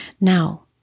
Now